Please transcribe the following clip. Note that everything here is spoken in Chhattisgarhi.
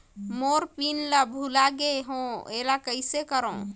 मोर पिन ला भुला गे हो एला कइसे करो?